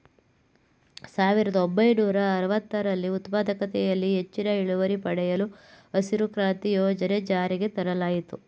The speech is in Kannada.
ಸಾವಿರದ ಒಂಬೈನೂರ ಅರವತ್ತರಲ್ಲಿ ಉತ್ಪಾದಕತೆಯಲ್ಲಿ ಹೆಚ್ಚಿನ ಇಳುವರಿ ಪಡೆಯಲು ಹಸಿರು ಕ್ರಾಂತಿ ಯೋಜನೆ ಜಾರಿಗೆ ತರಲಾಯಿತು